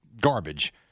Garbage